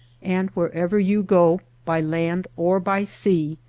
and wherever you go, by land or by sea,